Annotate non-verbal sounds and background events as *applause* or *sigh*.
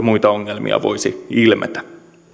*unintelligible* muita ongelmia voisi ilmetä